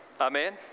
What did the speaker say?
Amen